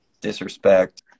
disrespect